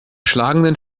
schlagenden